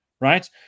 right